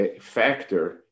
factor